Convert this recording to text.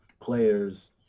players